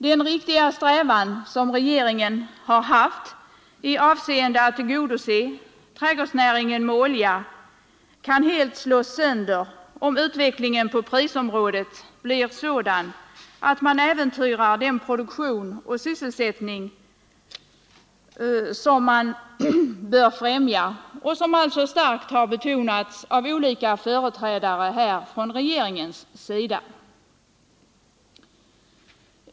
Den riktiga strävan som regeringen har haft att förse trädgårdsnäringen med olja kan helt slås sönder om utvecklingen på prisområdet blir sådan att den produktion och sysselsättning äventyras som bör främjas, vilket har betonats starkt av olika företrädare för regeringen.